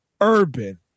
Urban